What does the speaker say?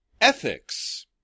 Ethics